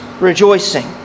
rejoicing